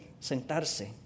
sentarse